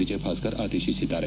ವಿಜಯ ಭಾಸ್ಕರ್ ಆದೇಶಿಸಿದ್ದಾರೆ